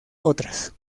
otras